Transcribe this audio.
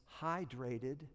hydrated